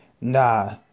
Nah